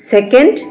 Second